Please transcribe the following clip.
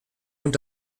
und